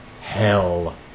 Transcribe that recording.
hell